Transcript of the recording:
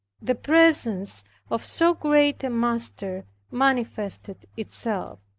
the presence of so great a master manifested itself,